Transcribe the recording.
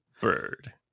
bird